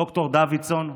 ד"ר דוידסון,